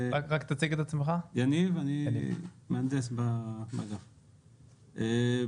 אני מהנדס במשרד האנרגיה.